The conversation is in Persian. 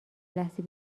لحظه